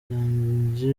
ryanje